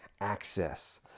access